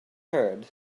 heard